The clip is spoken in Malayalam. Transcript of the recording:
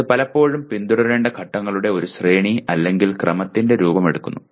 അതിനാൽ ഇത് പലപ്പോഴും പിന്തുടരേണ്ട ഘട്ടങ്ങളുടെ ഒരു ശ്രേണി അല്ലെങ്കിൽ ക്രമത്തിന്റെ രൂപമെടുക്കുന്നു